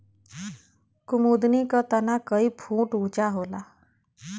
कुमुदनी क तना कई फुट ऊँचा होला